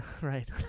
right